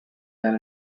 than